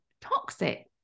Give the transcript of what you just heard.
toxic